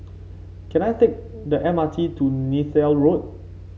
can I take the M R T to Neythal Road